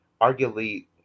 arguably